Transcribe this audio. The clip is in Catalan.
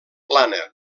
plana